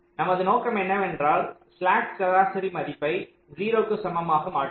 நமது நோக்கம் என்னவென்றால் ஸ்லாக் சராசரி மதிப்பை 0 க்கு சமமாக மாற்றுவது